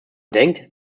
denkt